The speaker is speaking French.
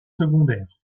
secondaire